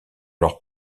leurs